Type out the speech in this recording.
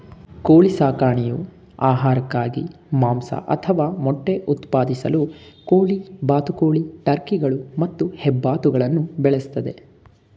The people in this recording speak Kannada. ಕೋಳಿ ಸಾಕಣೆಯು ಆಹಾರಕ್ಕಾಗಿ ಮಾಂಸ ಅಥವಾ ಮೊಟ್ಟೆ ಉತ್ಪಾದಿಸಲು ಕೋಳಿ ಬಾತುಕೋಳಿ ಟರ್ಕಿಗಳು ಮತ್ತು ಹೆಬ್ಬಾತುಗಳನ್ನು ಬೆಳೆಸ್ತದೆ